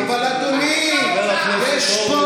אבל אדוני, יש פה